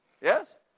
yes